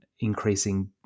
increasing